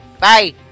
Bye